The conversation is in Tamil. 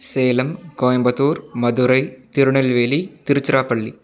சேலம் கோயம்புத்தூர் மதுரை திருநெல்வேலி திருச்சிராப்பள்ளி